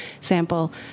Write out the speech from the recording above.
sample